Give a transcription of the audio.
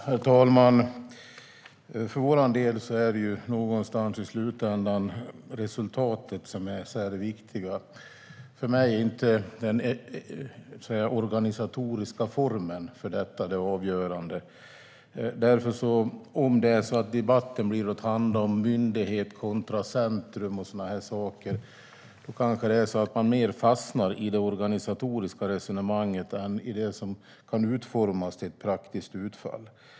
Herr talman! För vår del är det i slutändan ändå resultatet som är det viktiga. För mig är den organisatoriska formen för detta inte det avgörande. Om debatten ska handla om myndighet kontra centrum och så vidare fastnar man i det organisatoriska resonemanget i stället för att tala om det som kan utformas till ett praktiskt utfall.